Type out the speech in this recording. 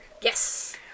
Yes